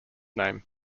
name